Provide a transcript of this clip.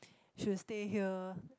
she'll stay here